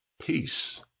Peace